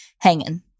hanging